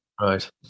right